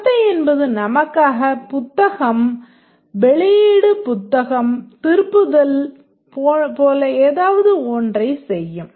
நடத்தை என்பது நமக்காக புத்தகம் வெளியீடு புத்தகம் திருப்புதல் போல ஏதாவது ஒன்றைச் செய்யும்